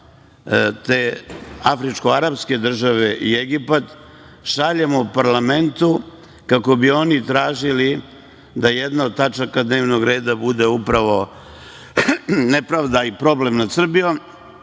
te afričko-arapske države i Egipat šaljemo parlamentu kako bi oni tražili da jedna od tačaka dnevnog reda bude upravo nepravda i problem nad Srbijom